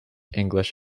english